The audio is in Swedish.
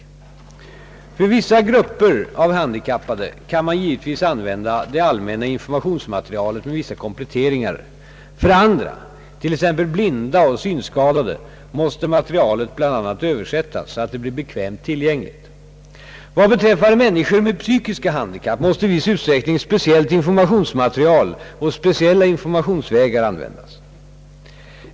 För vissa grupper av handikappade kan man givetvis använda det allmänna informationsmaterialet med vissa kompletteringar, för andra, t.ex. blinda och synskadade, måste materialet bl.a. översättas så att det blir bekvämt tillgängligt. Vad beträffar människor med psykiska handikapp måste i viss utsträckning speciellt informationsmaterial och speciella informationsvägar användas.